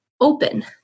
open